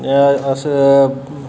एह् अस